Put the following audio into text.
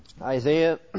Isaiah